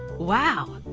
wow!